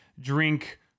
drink